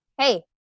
hey